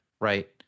right